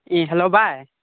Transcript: E hello ꯚꯥꯏ